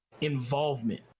involvement